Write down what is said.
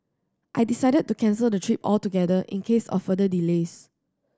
I decided to cancel the trip altogether in case of further delays